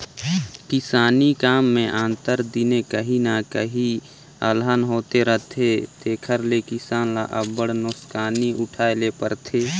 किसानी काम में आंतर दिने काहीं न काहीं अलहन होते रहथे तेकर ले किसान ल अब्बड़ नोसकानी उठाए ले परथे